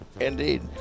Indeed